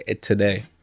today